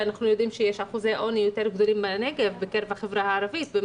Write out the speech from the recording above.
שאנחנו יודעים שיש אחוזי עוני יותר גדולים בנגב בקרב החברה הערבית.